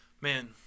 Man